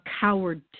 coward